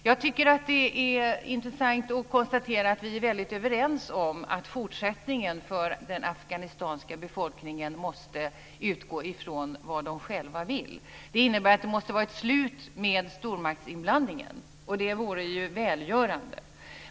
Jag tycker att det är intressant att konstatera att vi är väldigt överens om att fortsättningen för den afghanska befolkningen måste utgå ifrån vad de själva vill. Det innebär att det måste vara ett slut på stormaktsinblandningen. Det vore välgörande.